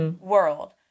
world